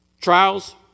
Trials